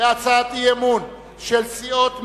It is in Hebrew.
להצעת אי-אמון של סיעות מרצ,